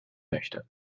möchte